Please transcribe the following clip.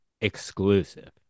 exclusive